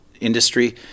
industry